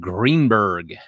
Greenberg